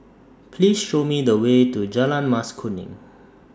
Please Show Me The Way to Jalan Mas Kuning